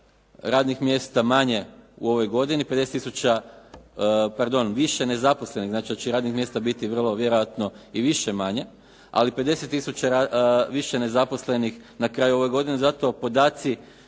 radnih mjesta manje u ovoj godini, 50 tisuća, pardon, više nezaposlenih, znači da će radnih mjesta biti vrlo vjerojatno i više-manje, ali 50 tisuća više nezaposlenih na kraju ove godine. zato podaci